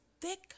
thick